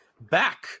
back